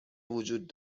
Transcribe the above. وجود